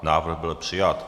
Návrh byl přijat.